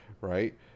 right